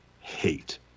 hate